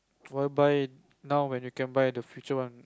while by now when you can buy the future one